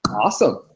Awesome